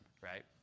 right